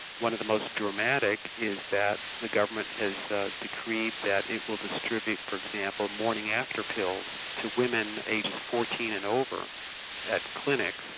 one of the most dramatic is that the government has decreed that it will distribute for example, morning-after pills to women aged fourteen and over at clinics,